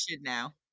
now